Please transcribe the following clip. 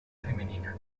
femenina